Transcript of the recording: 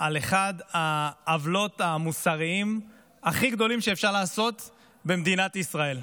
על אחת העוולות המוסריות הכי גדולות שאפשר לעשות במדינת ישראל.